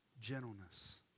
gentleness